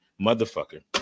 Motherfucker